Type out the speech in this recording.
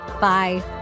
Bye